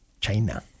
China